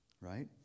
right